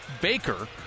Baker